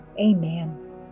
Amen